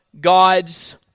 God's